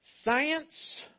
science